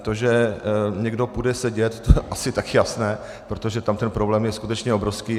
To, že někdo půjde sedět, to je asi taky jasné, protože tam ten problém je skutečně obrovský.